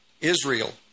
Israel